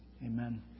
Amen